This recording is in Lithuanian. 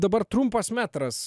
dabar trumpas metras